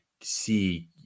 see